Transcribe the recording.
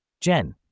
Jen